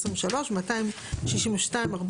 ו-(23) ו-262(14),